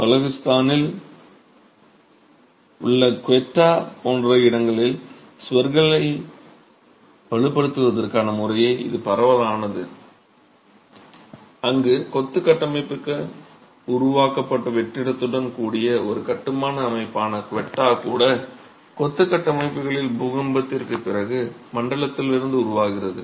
பலோகிசிஸ்தானில் உள்ள குவெட்டா போன்ற இடங்களில் சுவர்களை வலுப்படுத்துவதற்கான முறையாக இது பரவலானது அங்கு கொத்து கட்டமைக்க உருவாக்கப்பட்ட வெற்றிடத்துடன் கூடிய சுவர் கட்டுமான அமைப்பான குவெட்டா கூட கொத்து கட்டமைப்புகளில் பூகம்பத்திற்குப் பிறகு மண்டலத்திலிருந்து உருவாகிறது